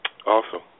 Awesome